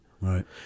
Right